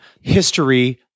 history